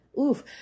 Oof